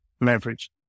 leverage